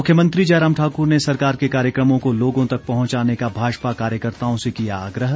मुख्यमंत्री जयराम ठाकुर ने सरकार के कार्यक्रमों को लोगों तक पहुंचाने का भाजपा कार्यकर्ताओं से किया आग्रह